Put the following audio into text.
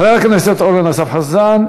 חבר הכנסת אורן אסף חזן,